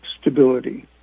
stability